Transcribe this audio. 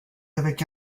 avec